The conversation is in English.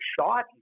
shot